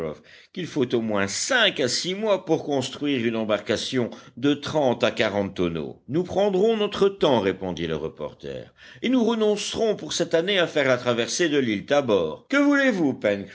qu'il faut au moins cinq à six mois pour construire une embarcation de trente à quarante tonneaux nous prendrons notre temps répondit le reporter et nous renoncerons pour cette année à faire la traversée de l'île tabor que voulez-vous